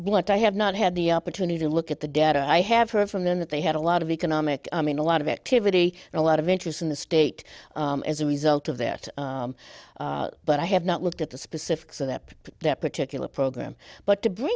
blunt i have not had the opportunity to look at the data i have heard from them that they had a lot of economic i mean a lot of activity and a lot of interest in the state as a result of that but i have not looked at the specifics of that particular program but to bring